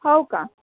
हो का